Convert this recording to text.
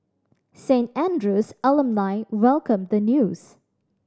Saint Andrew's alumni welcomed the news